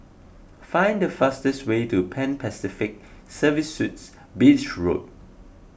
find the fastest way to Pan Pacific Serviced Suites Beach Road